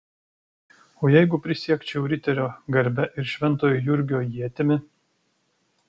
o jeigu prisiekčiau riterio garbe ir šventojo jurgio ietimi